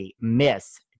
Miss